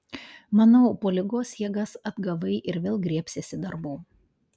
manau po ligos jėgas atgavai ir vėl griebsiesi darbų